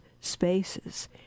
spaces